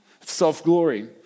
Self-glory